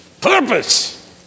Purpose